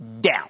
down